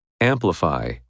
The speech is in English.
Amplify